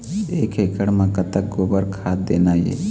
एक एकड़ म कतक गोबर खाद देना ये?